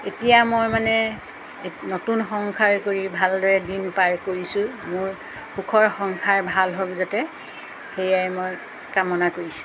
এতিয়া মই মানে নতুন সংসাৰ কৰি ভালদৰে দিন পাৰ কৰিছোঁ মোৰ সুখৰ সংসাৰ ভাল হওক যাতে সেয়াই মই কামনা কৰিছোঁ